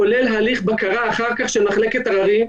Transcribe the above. כולל הליך בקרה אחר כך של מחלקת עררים.